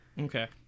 Okay